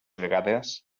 vegades